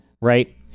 Right